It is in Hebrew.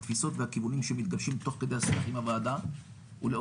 התפיסות והכיוונים שמתגבשים תוך כדי השיח עם הוועדה ולאור